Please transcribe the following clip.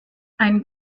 ein